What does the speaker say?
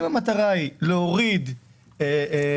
אם המטרה היא להוריד עומסים,